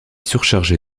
surchargé